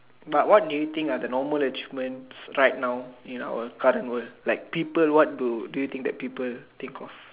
but what do you think are the normal achievement right now in our current world like people what do do you think that people think of